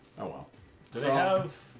what was to to have